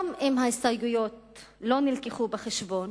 גם אם ההסתייגויות לא נלקחו בחשבון